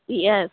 yes